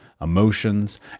emotions